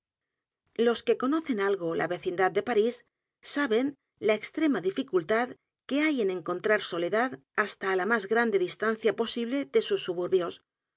los que conocen algo la vecindad de p a r í s saben la extrema dificultad que hay en encont r a r soledad hasta á la más grande distancia posible de sus